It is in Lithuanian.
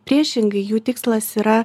priešingai jų tikslas yra